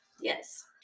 Yes